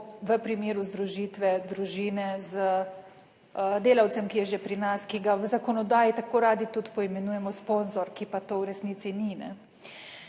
v primeru združitve družine z delavcem, ki je že pri nas, ki ga v zakonodaji tako radi tudi poimenujemo, sponzor, ki pa to v resnici ni.